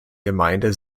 gemeinde